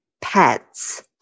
pets